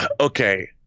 okay